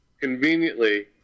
conveniently